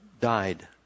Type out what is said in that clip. died